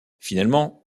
finalement